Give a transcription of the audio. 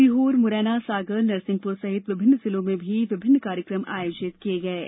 सीहोर मुरैना सागर नरसिंहपुर सहित विभिन्न जिलों में भी विभिन्न कार्यक्रम आयोजित किए जा रहे हैं